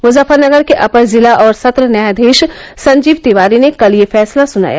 मुजफ्फरनगर के अपर जिला और संत्र न्यायधीश संजीव तिवारी ने कल यह फैसला सुनाया